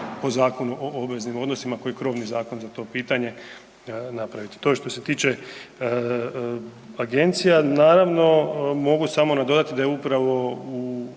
po Zakonu o obveznim odnosima koji je krovni zakon za to pitanje, napraviti. To je što se tiče agencija. Naravno, mogu samo nadodati da je upravo u